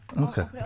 Okay